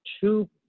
two